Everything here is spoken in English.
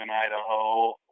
Idaho